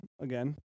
again